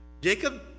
Jacob